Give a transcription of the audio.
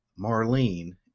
Marlene